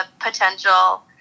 potential